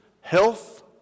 health